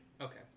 Okay